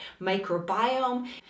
microbiome